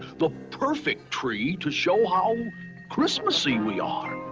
the perfect tree to show how christmassy we are!